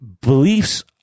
beliefs